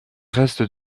reste